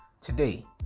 today